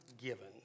given